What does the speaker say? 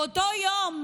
באותו יום